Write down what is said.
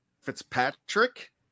Fitzpatrick